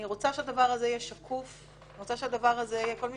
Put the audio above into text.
אני רוצה שהדבר הזה יהיה שקוף וכל מי